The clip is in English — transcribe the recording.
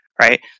right